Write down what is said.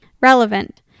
Relevant